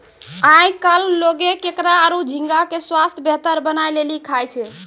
आयकल लोगें केकड़ा आरो झींगा के स्वास्थ बेहतर बनाय लेली खाय छै